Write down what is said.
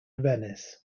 venice